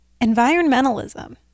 Environmentalism